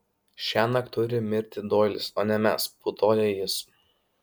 šiąnakt turi mirti doilis o ne mes putojo jis